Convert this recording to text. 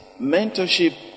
mentorship